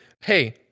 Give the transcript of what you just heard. hey